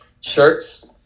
shirts